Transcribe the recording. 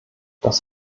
das